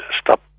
stop